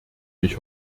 mich